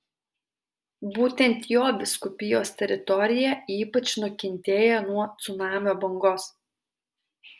būtent jo vyskupijos teritorija ypač nukentėjo nuo cunamio bangos